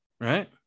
right